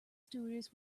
stewardess